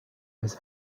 his